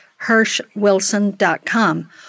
hirschwilson.com